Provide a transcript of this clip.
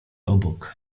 obok